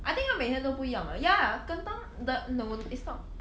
I think 他每天都不一样的 ya kentang the no it's not